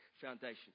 foundation